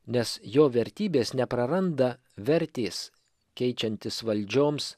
nes jo vertybės nepraranda vertės keičiantis valdžioms